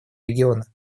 регионы